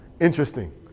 Interesting